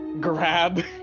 grab